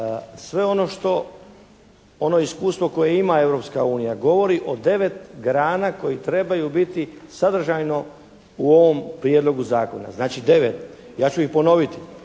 sve ono što, ono iskustvo koje ima Europska unija govori o 9 grana koji trebaju biti sadržajno u ovom Prijedlogu zakona. Znači 9. Ja ću ih ponoviti,